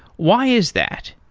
why is that?